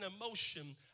emotion